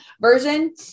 version